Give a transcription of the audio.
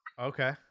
Okay